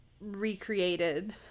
recreated